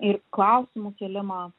ir klausimų kėlimą